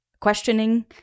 questioning